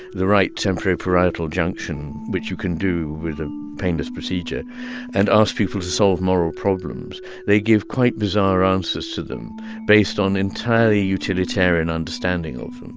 the right temporoparietal junction which you can do with a painless procedure and ask people to solve moral problems, they give quite bizarre answers to them based on entirely utilitarian understanding of them.